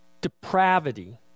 depravity